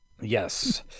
Yes